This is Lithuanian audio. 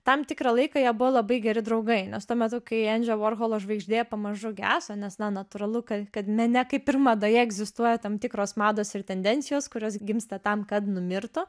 tam tikrą laiką jie buvo labai geri draugai nes tuo metu kai endžio vorholo žvaigždė pamažu geso nes na natūralu kad kad mene kaip ir madoje egzistuoja tam tikros mados ir tendencijos kurios gimsta tam kad numirtų